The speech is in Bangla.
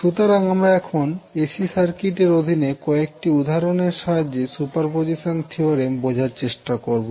সুতরাং এখন আমরা এসি সার্কিটের অধীনে কয়েকটি উদাহরণের সাহায্যে সুপারপজিশন থিওরেম বোঝার চেষ্টা করবো